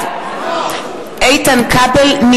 איתן כבל,